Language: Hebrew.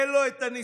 אין לו את הניסיון,